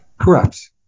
Correct